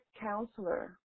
counselor